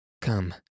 Come